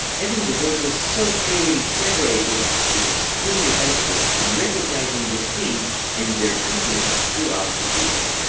having the voices so clearly separated is extremely helpful in recognizing the themes and their treatment throughout the piece.